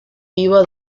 vivo